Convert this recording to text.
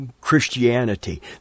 Christianity